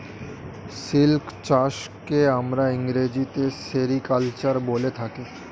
silk চাষকে আমরা ইংরেজিতে সেরিকালচার বলে থাকি